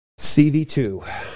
CV2